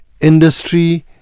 industry